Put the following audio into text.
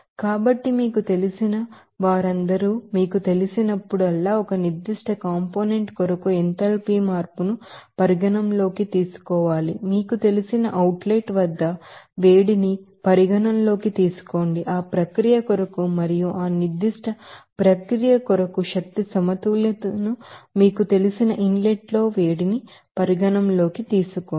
కాబట్టి మీకు తెలిసిన వారందరూ మీకు తెలిసినప్పుడల్లా ఒక నిర్దిష్ట కాంపోనెంట్ కొరకు ఎంథాల్పీ మార్పును పరిగణనలోకి తీసుకోవాలి మీకు తెలిసిన అవుట్ లెట్ వద్ద వేడిని పరిగణనలోకి తీసుకోండి అవి ఆ ప్రక్రియ కొరకు మరియు ఆ నిర్ధిష్ట ప్రక్రియ కొరకు ఎనర్జీ బాలన్స్ ను మీకు తెలిసిన ఇన్ లెట్ లో వేడిని పరిగణనలోకి తీసుకోండి